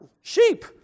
sheep